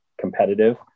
competitive